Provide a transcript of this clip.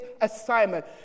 assignment